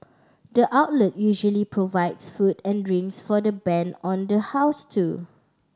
the outlet usually provides food and drinks for the band on the house too